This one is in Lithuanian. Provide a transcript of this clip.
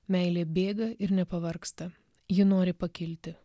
meilė bėga ir nepavargsta ji nori pakilti